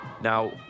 Now